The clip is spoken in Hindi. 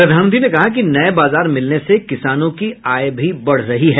प्रधानमंत्री ने कहा कि नये बाजार मिलने से किसानों की आय भी बढ़ रही है